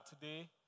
today